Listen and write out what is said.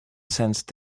sensed